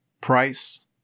price